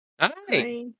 Hi